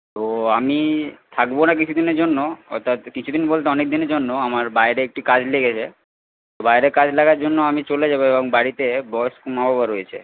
তো আমি থাকব না কিছুদিনের জন্য কিছু দিন বলতে অনেক দিনের জন্য আমার বাইরে একটি কাজ লেগেছে বাইরে কাজ লাগার জন্য আমি চলে যাবো এবং বাড়িতে বয়স্ক মা বাবা রয়েছে